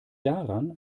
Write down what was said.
daran